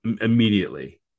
immediately